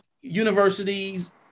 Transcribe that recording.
universities